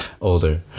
older